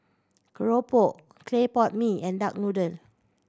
keropok clay pot mee and duck noodle